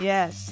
Yes